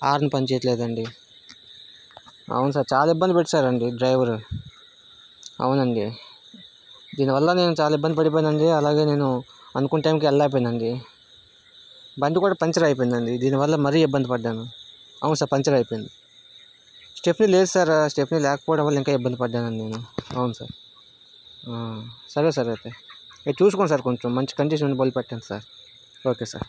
horn పనిచేయట్లేదు అండి అవును సార్ చాలా ఇబ్బంది పెట్టేశారు అండి డ్రైవరు అవునండి దీనివల్ల నేను చాలా ఇబ్బంది పడిపోయిన అండి అలాగే నేను అనుకున్న టైంకి వెళ్ళలేకపోయాను అండి బండి కూడా పంచర్ అయిపోయిందండి దీనివల్ల మరి ఇబ్బంది పడ్డాను అవును సార్ పంచర్ అయిపోయింది స్టెప్ని లేదు సార్ స్టెప్ని లేకపోవడం వల్ల ఇంకా ఇబ్బంది పడ్డాను అండి నేను అవును సార్ సరే సార్ అయితే మీరు చూసుకోండి సార్ కొంచెం మంచి కండిషన్ ఉన్న బండ్లు పెట్టండి సార్ ఓకే సార్